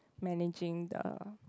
managing the